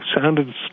sounded